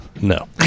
No